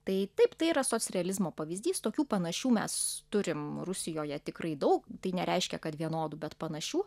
tai taip tai yra socrealizmo pavyzdys tokių panašių mes turim rusijoje tikrai daug tai nereiškia kad vienodų bet panašių